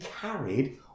carried